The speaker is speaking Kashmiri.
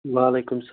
وَعلیکُم سہَ